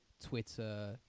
Twitter